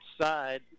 side